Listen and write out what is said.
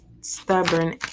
stubborn